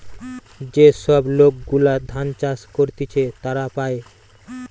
যে সব লোক গুলা ধান চাষ করতিছে তারা পায়